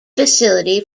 facility